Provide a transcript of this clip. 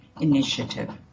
initiative